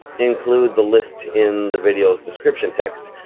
include the list in the video's description text,